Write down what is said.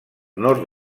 nord